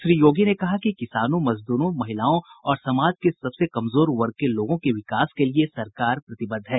श्री योगी ने कहा कि किसानों मजदूरों महिलाओं और समाज के सबसे कमजोर वर्ग के लोगों के विकास के लिये सरकार प्रतिबद्ध है